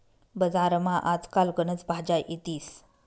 बजारमा आज काल गनच भाज्या येतीस